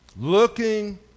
Looking